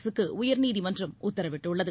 அரசுக்கு உயர்நீதிமன்றம் உத்தரவிட்டுள்ளது